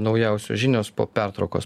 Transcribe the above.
naujausios žinios po pertraukos